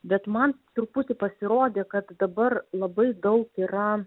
bet man truputį pasirodė kad dabar labai daug yra